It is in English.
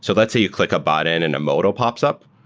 so let's say you click a button and a modal pops up.